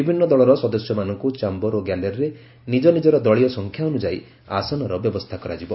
ବିଭିନ୍ନ ଦଳର ସଦସ୍ୟମାନଙ୍କ ଚାୟର ଓ ଗ୍ୟାଲେରିରେ ନିଜ ନିଜର ଦଳୀୟ ସଂଖ୍ୟା ଅନୁଯାୟୀ ଆସନର ବ୍ୟବସ୍ଥା କରାଯିବ